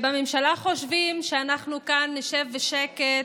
בממשלה חושבים שאנחנו כאן נשב בשקט,